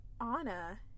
Anna